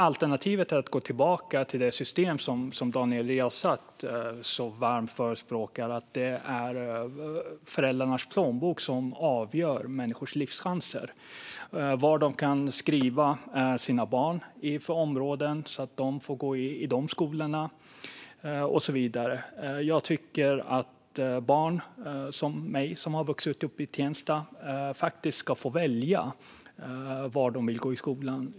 Alternativet är att gå tillbaka till det system Daniel Riazat så varmt förespråkar, det vill säga att det är föräldrarnas plånbok som avgör människors livschanser. Den avgör vilka områden de kan skriva sina barn i för att barnen ska få gå i de skolorna och så vidare. Jag tycker att barn som jag, som har vuxit upp i Tensta, faktiskt ska få välja var de vill gå i skolan.